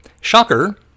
Shocker